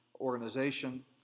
organization